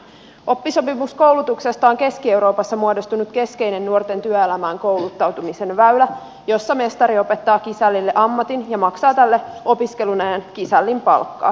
oppisopimuskoulutuksesta on keski euroopassa muodostunut keskeinen nuorten työelämään kouluttautumisen väylä jossa mestari opettaa kisällille ammatin ja maksaa tälle opiskelun ajan kisällin palkkaa